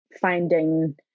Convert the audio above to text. finding